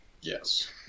yes